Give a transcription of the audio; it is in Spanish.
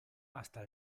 hasta